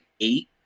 eight